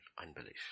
Unbelief